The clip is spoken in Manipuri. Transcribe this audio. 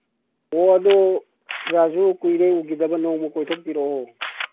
ꯑꯣ ꯑꯗꯨ ꯑꯣꯖꯥꯁꯨ ꯀꯨꯏꯔꯦ ꯎꯒꯤꯗꯕ ꯅꯣꯡꯃ ꯀꯣꯏꯊꯣꯛꯄꯤꯔꯛꯑꯣ